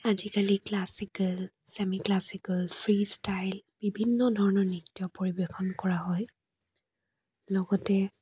আজিকালি classical semi classical free style বিভিন্ন ধৰণৰ নৃত্য পৰিৱেশন কৰা হয় লগতে